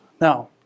Now